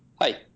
Hi